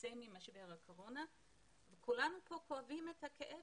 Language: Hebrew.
לצאת ממשבר הקורונה וכולנו כאן כואבים את כאב